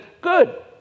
good